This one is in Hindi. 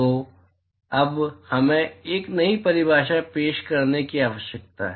तो अब हमें एक नई परिभाषा पेश करने की आवश्यकता है